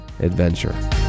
adventure